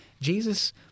Jesus